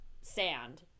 sand